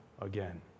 again